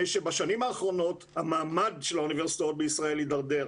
שבשנים האחרונות מעמד האוניברסיטאות בישראל הידרדר.